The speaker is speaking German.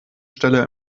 stelle